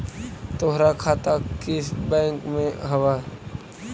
तोहार खाता किस बैंक में हवअ